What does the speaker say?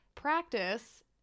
practice